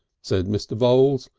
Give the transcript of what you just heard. said mr. voules,